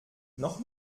noch